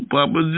Papa